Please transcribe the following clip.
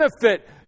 benefit